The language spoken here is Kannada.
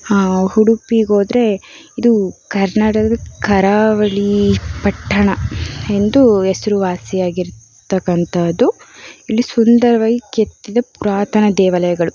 ಉಡುಪಿಗೋದ್ರೆ ಇದು ಕರ್ನಾಟಕದ ಕರಾವಳಿ ಪಟ್ಟಣ ಎಂದು ಹೆಸರುವಾಸಿಯಾಗಿರತಕ್ಕಂತಹದ್ದು ಇಲ್ಲಿ ಸುಂದರವಾಗಿ ಕೆತ್ತಿದ ಪುರಾತನ ದೇವಾಲಯಗಳು